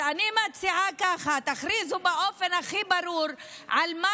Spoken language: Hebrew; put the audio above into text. אז אני מציעה כך: תכריזו באופן הכי ברור על מה